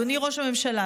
אדוני ראש הממשלה,